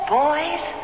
boys